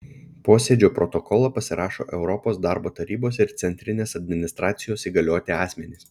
posėdžio protokolą pasirašo europos darbo tarybos ir centrinės administracijos įgalioti asmenys